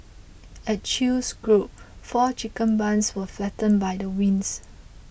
at chew's group four chicken barns were flattened by the winds